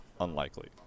unlikely